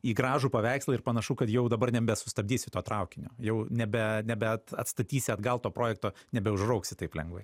į gražų paveikslą ir panašu kad jau dabar nebesustabdysi to traukinio jau nebe nebe at atstatysi atgal to projekto nebeužrauksi taip lengvai